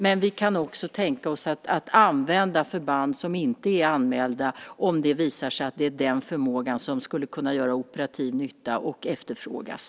Men vi kan också tänka oss att använda förband som inte är anmälda om det visar sig att det är den förmågan som skulle kunna göra operativ nytta och efterfrågas.